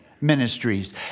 ministries